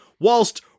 Whilst